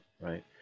Right